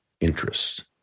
interests